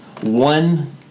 one